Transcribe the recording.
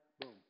boom